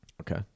Okay